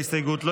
ההסתייגות לא